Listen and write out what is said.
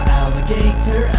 alligator